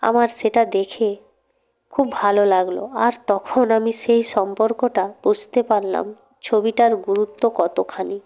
আমার সেটা দেখে খুব ভালো লাগল আর তখন আমি সেই সম্পর্কটা বুঝতে পারলাম ছবিটার গুরুত্ব কতখানি